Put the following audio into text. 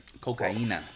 Cocaine